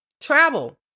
travel